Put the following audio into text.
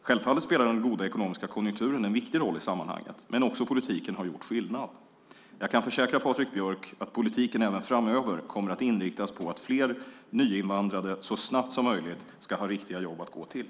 Självfallet spelar den goda ekonomiska konjunkturen en viktig roll i sammanhanget. Men också politiken har gjort skillnad. Jag kan försäkra Patrik Björck att politiken även framöver kommer att inriktas på att fler nyinvandrade så snabbt som möjligt ska ha riktiga jobb att gå till.